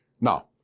Now